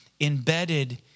embedded